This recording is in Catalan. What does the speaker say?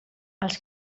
els